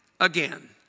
Again